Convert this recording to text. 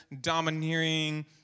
domineering